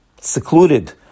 secluded